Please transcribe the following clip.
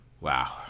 Wow